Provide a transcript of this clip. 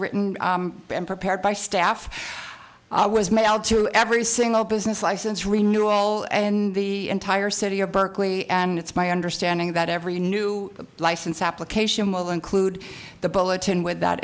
written and prepared by staff was mailed to every single business license renewal in the entire city of berkeley and it's my understanding that every new license application will include the bulletin with that